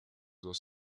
dos